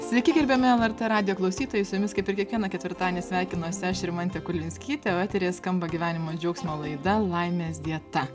sveiki gerbiami lrt radijo klausytojai su jumis kaip ir kiekvieną ketvirtadienį sveikinuosi aš rimantė kulvinskytė o eteryje skamba gyvenimo džiaugsmo laida laimės dieta